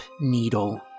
needle